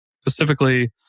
specifically